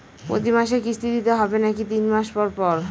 প্রতিমাসে কিস্তি দিতে হবে নাকি তিন মাস পর পর?